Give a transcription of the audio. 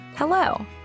Hello